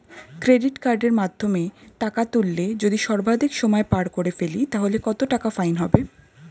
Credit কার্ডের মাধ্যমে টাকা তুললে যদি সর্বাধিক সময় পার করে ফেলি তাহলে কত টাকা ফাইন হবে?